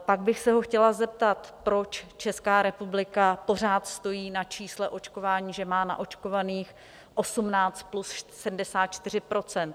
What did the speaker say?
Pak bych se ho chtěla zeptat, proč Česká republika pořád stojí na čísle očkování, že má naočkovaných 18+ 74 %?